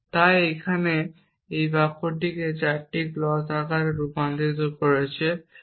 তাই আমি এখানে এই ৪টি বাক্যকে ক্লজ আকারে রূপান্তর করেছি